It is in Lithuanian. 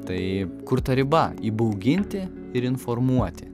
tai kur ta riba įbauginti ir informuoti